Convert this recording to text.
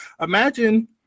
Imagine